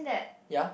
ya